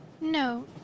No